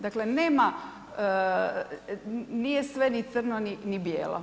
Dakle nema, nije sve ni crno ni bijelo.